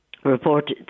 report